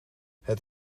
het